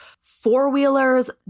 four-wheelers